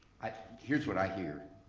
here's what i hear,